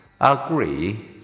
agree